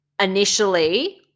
initially